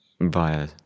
via